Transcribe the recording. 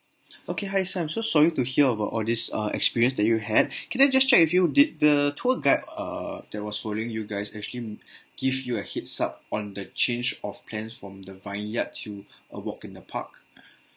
okay hi sir I'm so sorry to hear about all these uh experience that you had can I just check with you did the tour guide err that was following you guys actually give you a heads up on the change of plan from the vineyard to a walk in the park